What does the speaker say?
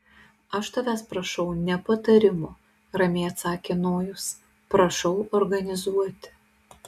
aš tavęs prašau ne patarimo ramiai atsakė nojus prašau organizuoti